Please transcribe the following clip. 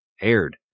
aired